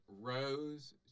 Rose